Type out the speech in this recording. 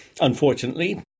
unfortunately